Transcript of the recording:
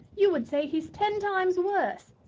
you would say he's ten times worse!